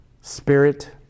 spirit